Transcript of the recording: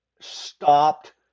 stopped